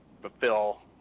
fulfill